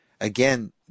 again